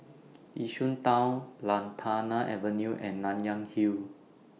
Yishun Town Lantana Avenue and Nanyang Hill